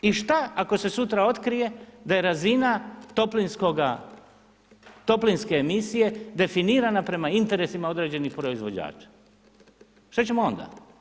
I šta ako se sutra otkrije da je razina toplinske emisije definirana prema interesima određenih proizvođača, šta ćemo onda?